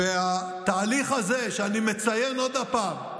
והתהליך הזה, שאני מציין עוד פעם,